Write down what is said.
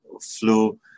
flu